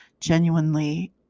genuinely